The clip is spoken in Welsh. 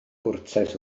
gwrtais